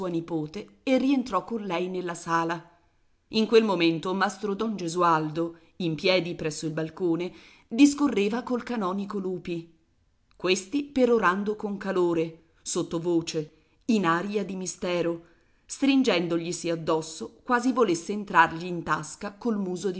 nipote e rientrò con lei nella sala in quel momento mastro don gesualdo in piedi presso il balcone discorreva col canonico lupi questi perorando con calore sottovoce in aria di mistero stringendoglisi addosso quasi volesse entrargli in tasca col muso